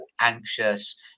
anxious